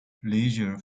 leisure